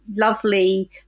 lovely